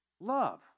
love